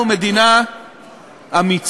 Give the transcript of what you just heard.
אנחנו מדינה אמיצה,